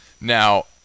Now